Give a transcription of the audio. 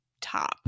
top